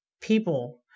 people